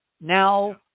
Now